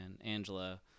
Angela